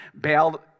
bailed